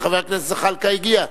וחבר הכנסת זחאלקה הגיע,